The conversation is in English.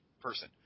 person